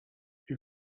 you